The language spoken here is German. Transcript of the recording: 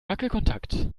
wackelkontakt